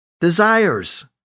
desires